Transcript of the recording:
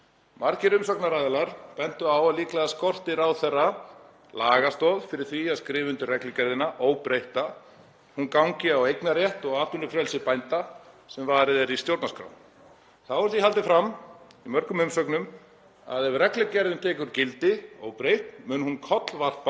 Margir umsagnaraðilar bentu á að líklega skorti ráðherra lagastoð fyrir því að skrifa undir reglugerðina óbreytta, að hún gangi á eignarrétt og atvinnufrelsi bænda sem varið er í stjórnarskrá. Þá er því haldið fram í mörgum umsögnum að taki reglugerðin gildi óbreytt muni hún kollvarpa